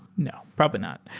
no. probably not.